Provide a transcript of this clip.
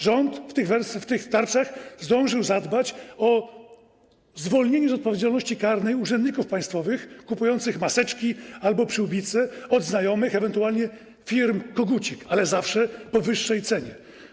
Rząd w tych tarczach zdążył zadbać o zwolnienie z odpowiedzialności karnej urzędników państwowych kupujących maseczki albo przyłbice od znajomych, ewentualnie firm kogucik, ale zawsze po wyższej cenie.